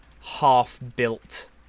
Half-built